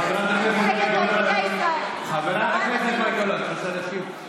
חברת הכנסת מאי גולן, את רוצה להשיב?